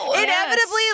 Inevitably